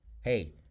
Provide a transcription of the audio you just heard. hey